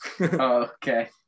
Okay